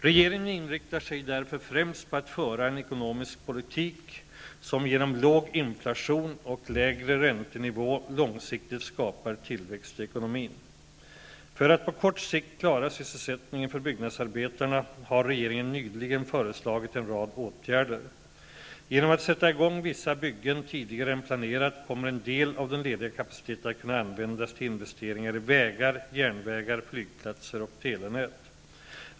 Regeringen inriktar sig därför främst på att föra en ekonomisk politik som genom låg inflation och lägre räntenivå långsiktigt skapar tillväxt i ekonomin. För att på kort sikt klara sysselsättningen för byggnadsarbetarna har regeringen nyligen föreslagit en rad åtgärder. Genom att sätta i gång vissa byggen tidigare än planerat kommer en del av den lediga kapaciteten att kunna användas till investeringar i vägar, järnvägar, flygplatser och telenät.